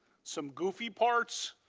some goofy parts,